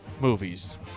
movies